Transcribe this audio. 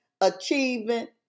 achievement